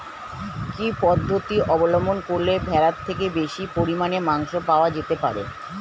কি পদ্ধতিতে অবলম্বন করলে ভেড়ার থেকে বেশি পরিমাণে মাংস পাওয়া যেতে পারে?